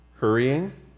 hurrying